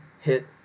hit